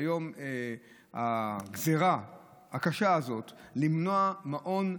היום הגזרה הקשה הזאת, למנוע מעון,